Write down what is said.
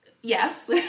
yes